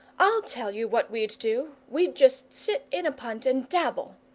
i'll tell you what we'd do! we'd just sit in a punt and dabble!